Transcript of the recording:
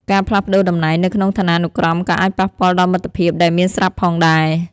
ការផ្លាស់ប្តូរតំណែងនៅក្នុងឋានានុក្រមក៏អាចប៉ះពាល់ដល់មិត្តភាពដែលមានស្រាប់ផងដែរ។